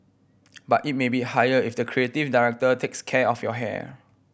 but it may be higher if the creative director takes care of your hair